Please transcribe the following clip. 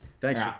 thanks